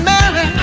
Mary